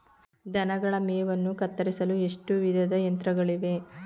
ದನಗಳ ಮೇವನ್ನು ಕತ್ತರಿಸಲು ಎಷ್ಟು ವಿಧದ ಯಂತ್ರಗಳಿವೆ?